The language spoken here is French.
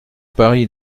paris